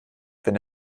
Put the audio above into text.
wenn